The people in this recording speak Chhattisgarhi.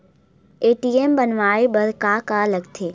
ए.टी.एम बनवाय बर का का लगथे?